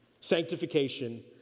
Sanctification